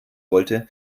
wollte